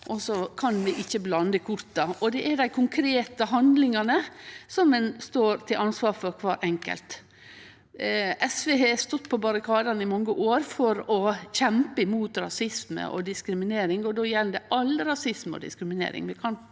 og så kan vi ikkje blande korta. Det er dei konkrete handlingane kvar enkelt står til ansvar for. SV har stått på barrikadane i mange år for å kjempe mot rasisme og diskriminering, og det gjeld all rasisme og diskriminering.